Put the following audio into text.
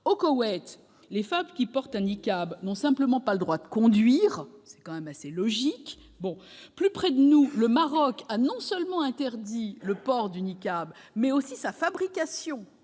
Au Koweït, les femmes qui portent le niqab n'ont tout simplement pas le droit de conduire, ce qui paraît logique. Plus près de nous, le Maroc et la Tunisie ont non seulement interdit le port du niqab, mais aussi sa fabrication.